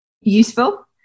useful